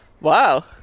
Wow